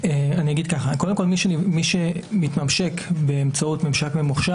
ככול שהמידע נמצא אצלנו ונמצא בצינור בדרך למקבל,